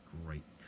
great